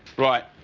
right,